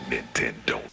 Nintendo